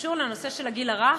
שקשורה לנושא של הגיל הרך,